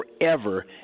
forever